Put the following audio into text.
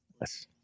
Yes